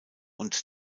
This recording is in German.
und